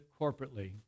corporately